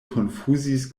konfuzis